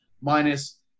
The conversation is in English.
minus